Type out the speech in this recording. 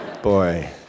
Boy